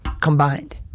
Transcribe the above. combined